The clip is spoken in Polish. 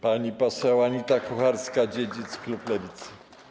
Pani poseł Anita Kucharska-Dziedzic, klub Lewicy.